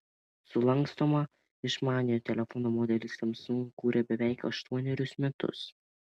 sulankstomą išmaniojo telefono modelį samsung kūrė beveik aštuonerius metus